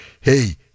hey